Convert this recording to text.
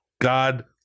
God